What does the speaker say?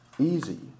easy